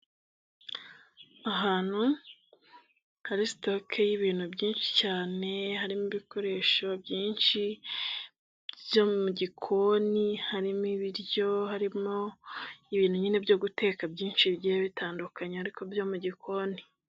Ahantu hari sitoke y'ibintu byinshi cyane harimo ibikoresho byinshi byo mu gikoni harimo ibiryo ,harimo ibintu nyine byo guteka byinshi bigiye bitandukanye ariko byo mu gikoni.